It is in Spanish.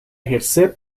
ejercer